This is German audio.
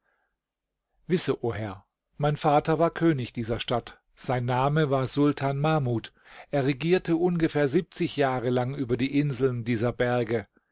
o herr mein vater war könig dieser stadt sein name war sultan mahmud er regierte ungefähr jahre lang über die inseln dieser berge